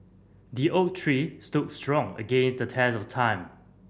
the oak tree stood strong against the test of time